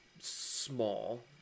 small